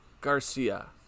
Garcia